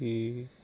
ఈ